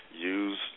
use